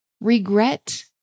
regret